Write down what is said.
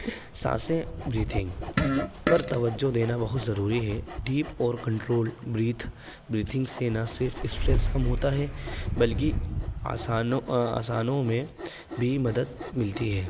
سانسیں breathing پر توجہ دینا بہت ضروری ہے ڈیپ اور کنٹرول بریتھ بریتنگ سے نہ صرف اسٹریس کم ہوتا ہے بلکہ آسانوں آسانوں میں بھی مدد ملتی ہے